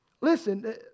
listen